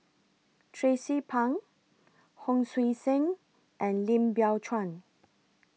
Tracie Pang Hon Sui Sen and Lim Biow Chuan